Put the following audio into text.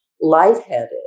lightheaded